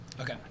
Okay